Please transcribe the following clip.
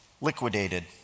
liquidated